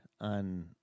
on